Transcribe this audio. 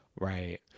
Right